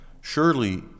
Surely